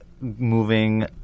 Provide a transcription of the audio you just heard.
moving